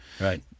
Right